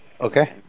Okay